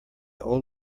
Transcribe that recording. old